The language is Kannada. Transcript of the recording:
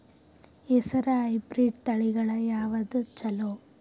ಹೆಸರ ಹೈಬ್ರಿಡ್ ತಳಿಗಳ ಯಾವದು ಚಲೋ?